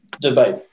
debate